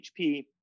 HP